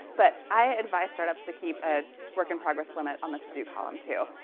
but i advise startups to keep a work-in-progress limit on the to-do column, too.